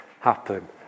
happen